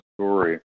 story